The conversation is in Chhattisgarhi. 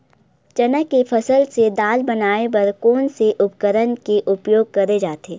चना के फसल से दाल बनाये बर कोन से उपकरण के उपयोग करे जाथे?